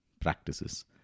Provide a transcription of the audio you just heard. practices